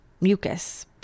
mucus